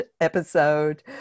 episode